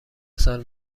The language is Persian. سال